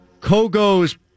Kogo's